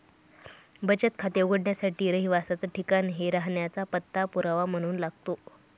बचत खाते उघडण्यासाठी रहिवासाच ठिकाण हे राहण्याचा पत्ता पुरावा म्हणून लागतो